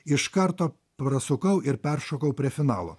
iš karto prasukau ir peršokau prie finalo